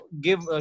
give